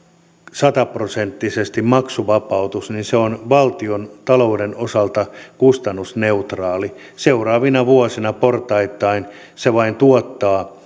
sata prosenttisesti maksuvapautus niin se on valtiontalouden osalta kustannusneutraali seuraavina vuosina portaittain se vain tuottaa